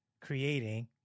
creating